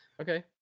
okay